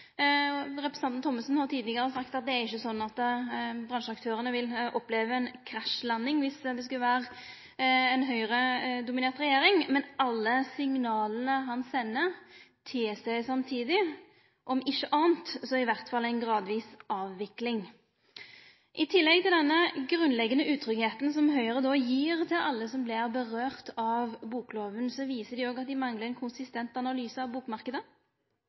sikt. Representanten Thommessen har tidlegare sagt at det ikkje er slik at bransjeaktørane vil oppleve ei krasjlanding viss det hadde vore ei Høgre-dominert regjering, men alle signala han sender, tilseier samtidig – om ikkje anna – iallfall ei gradvis avvikling. I tillegg til denne grunnleggjande utryggleiken som Høgre gir til alle som denne bokloven vedkjem, viser dei òg at dei manglar ein konsistent analyse av